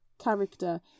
character